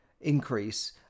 increase